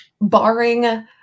barring